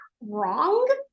wrong